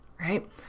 right